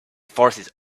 forces